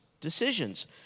decisions